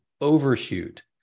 overshoot